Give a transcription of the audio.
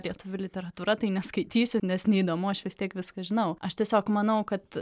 lietuvių literatūra tai neskaitysiu nes neįdomu aš vis tiek viską žinau aš tiesiog manau kad